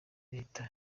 leta